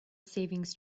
savings